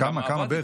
כמה בערך?